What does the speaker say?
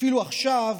אפילו עכשיו,